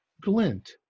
glint